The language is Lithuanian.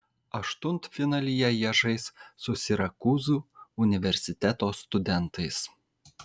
aštuntfinalyje jie žais su sirakūzų universiteto studentais